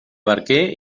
barquer